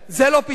זה לא פתרון.